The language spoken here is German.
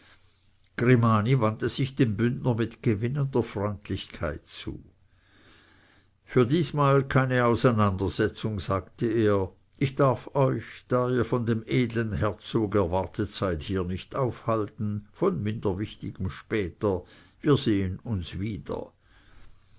grimani wandte sich dem bündner mit gewinnender freundlichkeit zu für diesmal keine auseinandersetzung sagte er ich darf euch da ihr von dem edlen herzog erwartet seid hier nicht aufhalten von minder wichtigem später wir sehen uns wieder